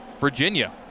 Virginia